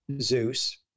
Zeus